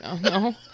No